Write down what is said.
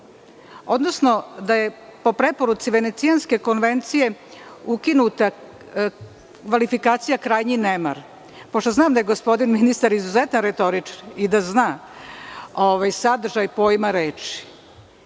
odnosno da je po preporuci Venecijanske konvencije ukinuta kvalifikacija krajnji nemar. Pošto znam da je gospodin ministar izuzetan retoričar i da zna sadržaj pojma reči,